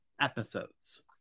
episodes